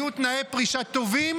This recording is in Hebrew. יהיו תנאי פרישה טובים,